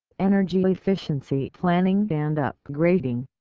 energy efficiency planning and upgrading,